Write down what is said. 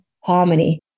harmony